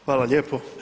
Hvala lijepo.